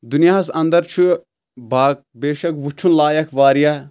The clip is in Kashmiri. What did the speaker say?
دُنیہَس اَنٛدر چھُ با بے شک وٕچھُن لایکھ واریاہ